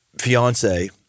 fiance